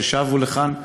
ששבו לכאן,